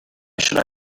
should